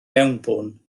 mewnbwn